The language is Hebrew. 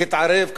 להתערב,